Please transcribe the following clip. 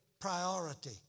priority